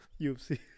UFC